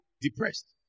depressed